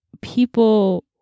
people